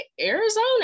Arizona